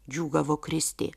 džiūgavo kristė